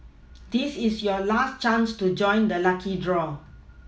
this is your last chance to join the lucky draw